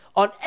on